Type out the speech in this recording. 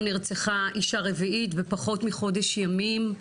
נרצחה אישה רביעית בפחות מחודש ימים.